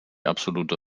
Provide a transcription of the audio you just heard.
absolute